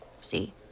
See